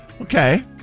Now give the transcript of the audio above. Okay